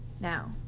now